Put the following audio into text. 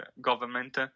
government